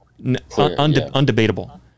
Undebatable